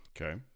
Okay